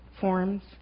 forms